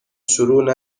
شروع